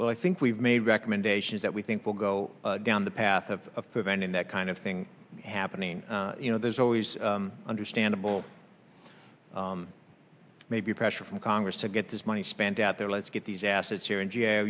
well i think we've made recommendations that we think will go down the path of preventing that kind of thing happening you know there's always understandable maybe pressure from congress to get this money spent out there let's get these assets